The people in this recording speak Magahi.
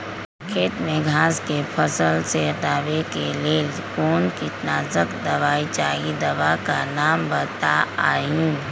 खेत में घास के फसल से हटावे के लेल कौन किटनाशक दवाई चाहि दवा का नाम बताआई?